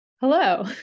Hello